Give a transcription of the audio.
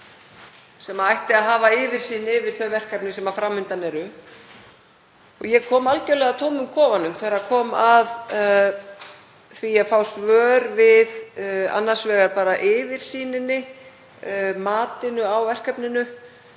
sem ætti að hafa yfirsýn yfir þau verkefni sem fram undan eru. Ég kom algjörlega að tómum kofanum þegar kom að því að fá svör við annars vegar bara yfirsýninni, matinu á verkefninu;